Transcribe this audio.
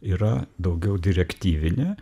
yra daugiau direktyvinė